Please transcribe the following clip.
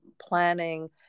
planning